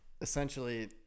Essentially